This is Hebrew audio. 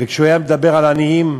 וכשהוא היה מדבר על עניים,